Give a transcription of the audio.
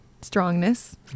Strongness